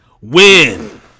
win